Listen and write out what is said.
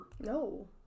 No